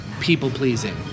people-pleasing